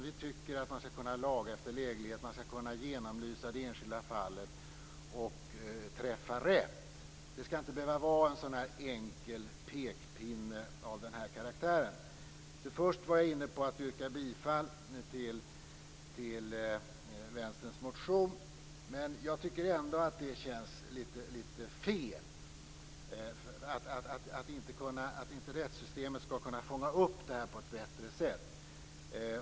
Vi tycker att man skall kunna laga efter läglighet, genomlysa det enskilda fallet och träffa rätt. Det skall inte behövas en sådan här enkel pekpinne av den här karaktären. Först var jag inne på att yrka bifall till Vänsterns motion, men jag tycker ändå att det känns litet fel att inte rättssystemet kan fånga upp det här på ett bättre sätt.